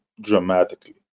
dramatically